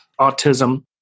autism